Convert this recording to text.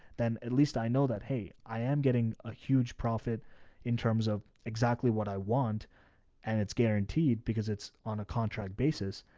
then at least i know that, hey, i am getting a huge profit in terms of exactly what i want and it's guaranteed because it's on a contract basis,